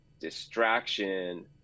distraction